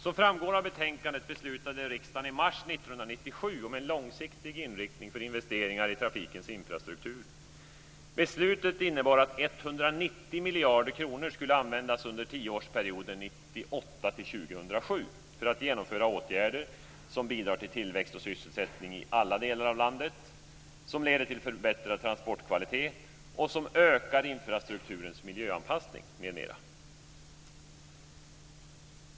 Som framgår av betänkandet beslutade riksdagen i mars 1997 om en långsiktig inriktning för investeringar i trafikens infrastruktur. Beslutet innebar att 190 miljarder kronor skulle användas under tioårsperioden 1998-2007 för att åtgärder skulle genomföras som bidrar till tillväxt och sysselsättning i alla delar av landet, som leder till förbättrad transportkvalitet och som ökar infrastrukturens miljöanpassning m.m.